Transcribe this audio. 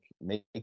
make